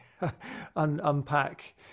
unpack